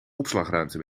opslagruimte